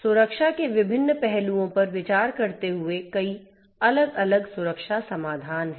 सुरक्षा के विभिन्न पहलुओं पर विचार करते हुए कई अलग अलग सुरक्षा समाधान हैं